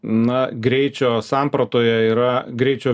na greičio sampratoje yra greičio